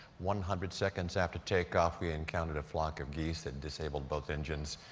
one hundred seconds after takeoff, we encountered a flock of geese that disabled both engines.